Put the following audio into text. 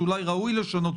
שאולי ראוי לשנות.